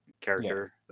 character